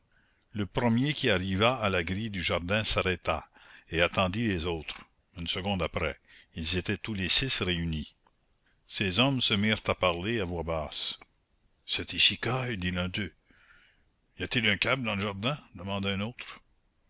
le premier qui arriva à la grille du jardin s'arrêta et attendit les autres une seconde après ils étaient tous les six réunis ces hommes se mirent à parler à voix basse c'est icicaille dit l'un d'eux y a-t-il un cab dans le jardin demanda un autre